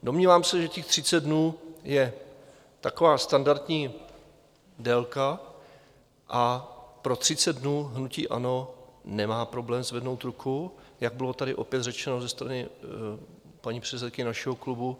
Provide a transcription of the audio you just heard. Domnívám se, že těch 30 dnů je taková standardní délka a pro 30 dnů hnutí ANO nemá problém zvednout ruku, jak bylo tady opět řečeno ze strany paní předsedkyně našeho klubu.